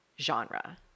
genre